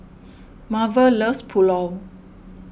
Marvel loves Pulao